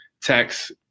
tax